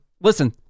listen